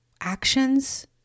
actions